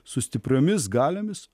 su stipriomis galiomis